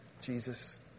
jesus